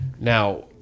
now